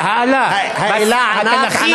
האלה, האלה, התנ"כית.